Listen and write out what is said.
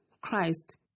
Christ